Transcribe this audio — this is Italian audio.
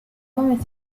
come